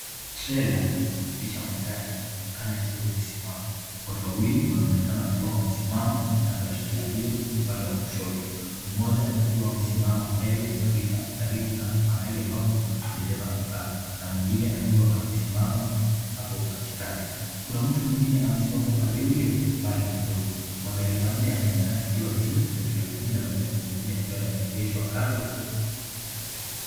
Trela ya kusafirisha magari inaonekana ikiwa imesimama. Watu wawili wanaonekana wakiwa wamesimama kando ya trela hiyo kwa upande wa kushoto. Mmoja akiwa amesimama mbele kabisa karibu na mahali ambapo dereva hukaa na mwingine akiwa amesimama hapo katikati. Kuna mtu mwingine amesimama upande ule mbali kidogo. Magari manne yanaonekana yakiwa juu ya trela hii na magari mengine yakiwa yameegeshwa kando tu ya gari hilo.